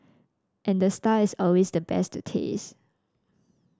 and the star is always the best to taste